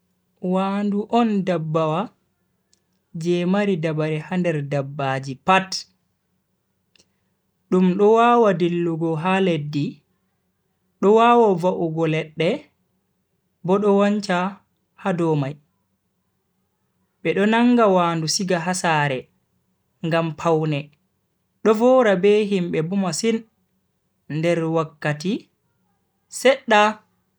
Wandu on dabbawa je buri dababre ha nder dabbaji pat. dum do wawa dillugo ha leddi do wawa va'ugo ledde bo do wancha ha dow mai. bedo nanga wandu siga ha sare ngam pawne do vowra be himbe bo masin nder wakkati sedda.